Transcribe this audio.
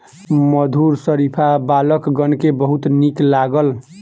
मधुर शरीफा बालकगण के बहुत नीक लागल